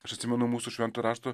aš atsimenu mūsų švento rašto